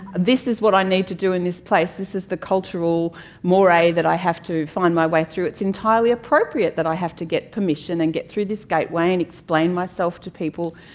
this is what i need to do in this place, this is the cultural more that i have to find my way through. it's entirely appropriate that i have to get permission and get through this gateway and explain myself to people.